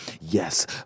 yes